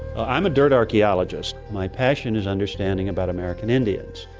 i'm a dirt archaeologist, my passion is understanding about american indians,